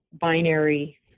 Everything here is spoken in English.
binary